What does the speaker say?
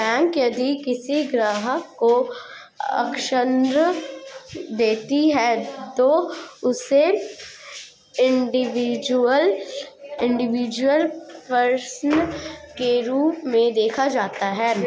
bank यदि किसी ग्राहक को ऋण देती है तो उसे इंडिविजुअल पर्सन के रूप में देखा जाता है